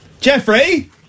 Jeffrey